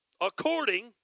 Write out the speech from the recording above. according